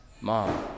Mom